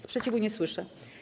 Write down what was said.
Sprzeciwu nie słyszę.